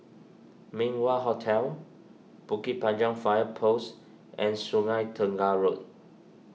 Min Wah Hotel Bukit Panjang Fire Post and Sungei Tengah Road